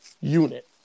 unit